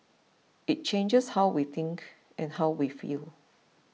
it changes how we think and how we feel